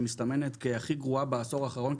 שמסתמנת כגרועה ביותר בעשור האחרון,